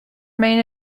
main